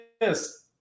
Yes